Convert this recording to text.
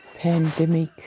pandemic